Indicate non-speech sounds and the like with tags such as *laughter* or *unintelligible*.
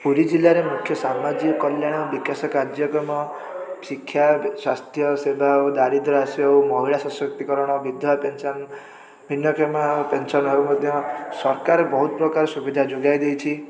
ପୁରୀ ଜିଲ୍ଲାରେ ମୁଖ୍ୟ ସାମାଜିକ କଲ୍ୟାଣ ବିକାଶ କାର୍ଯ୍ୟକ୍ରମ ଶିକ୍ଷା ସ୍ୱାସ୍ଥ୍ୟ ସେବା ଓ ଦାରିଦ୍ର୍ୟ *unintelligible* ମହିଳା ସଶକ୍ତିକରଣ ବିଧବା ପେନସନ୍ ଭିନ୍ନକ୍ଷମ ପେନସନ୍ ହେଉ ମଧ୍ୟ ସରକାର ବହୁତପ୍ରକାର ସୁବିଧା ଯୋଗାଇ ଦେଇଛି